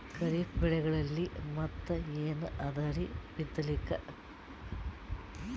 ಖರೀಫ್ ಬೆಳೆಗಳಲ್ಲಿ ಮತ್ ಏನ್ ಅದರೀ ಬಿತ್ತಲಿಕ್?